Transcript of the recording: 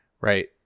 right